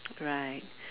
right